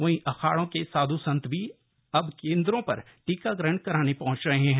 वही अखाड़ों के साधु संत भी अब केंद्रों पर टीकाकरण कराने पहुंच रहे हैं